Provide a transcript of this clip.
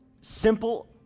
simple